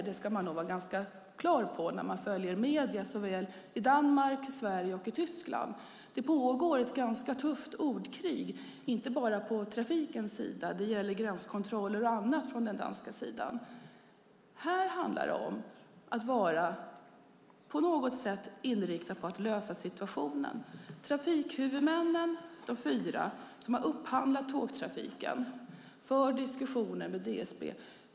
Det ska man vara klar över. I medierna i Sverige, Danmark och Tyskland pågår det ett tufft ordkrig inte bara på trafikområdet. Det gäller gränskontroller och annat från den danska sidan. Här handlar det om att vara inriktad på att lösa situationen. De fyra trafikhuvudmännen som har upphandlat tågtrafiken för diskussioner med DSB.